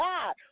God